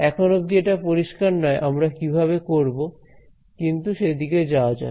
এখন অব্দি এটা পরিষ্কার নয় আমরা কিভাবে করব কিন্তু সে দিকে যাওয়া যাক